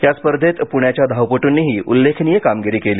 या स्पधेंत पुण्याच्या धावपट्ंनीही उल्लखनीय कामगिरी केली